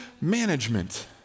management